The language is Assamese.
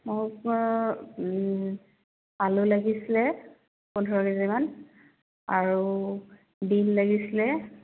মোৰ আলু লাগিছিলে পোন্ধৰ কেজিমান আৰু বীন লাগিছিলে